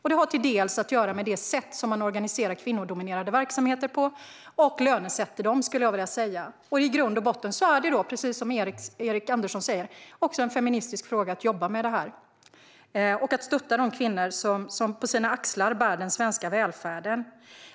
Detta har delvis att göra med det sätt på vilket man organiserar kvinnodominerade verksamheter och lönesätter dem. I grund och botten är det, precis som Erik Andersson säger, en feministisk fråga att jobba med detta och stötta de kvinnor som på sina axlar bär den svenska välfärden.